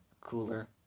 cooler